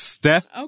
Steph